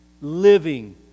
living